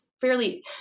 fairly